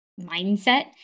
mindset